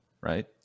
right